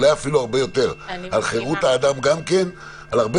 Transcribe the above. אולי אפילו הרבה יותר גם על חירות האדם ועל הרבה